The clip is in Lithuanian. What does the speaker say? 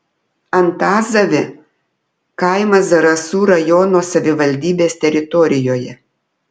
antazavė kaimas zarasų rajono savivaldybės teritorijoje